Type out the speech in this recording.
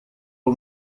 uwo